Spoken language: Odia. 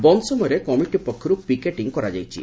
ବନ୍ ସମୟରେ କମିଟି ପକ୍ଷରୁ ପିକେଟିଂ କରାଯାଇଛି